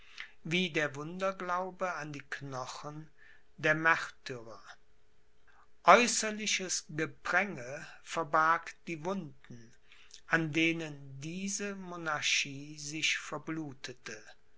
wie der wunderglaube an die knochen der märtyrer aeußerliches gepränge verbarg die wunden an denen diese monarchie sich verblutete